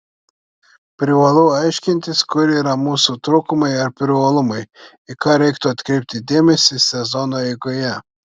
privalu aiškintis kur yra mūsų trūkumai ar privalumai į ką reiktų atkreipti dėmesį sezono eigoje